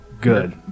Good